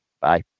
Bye